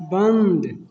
बंद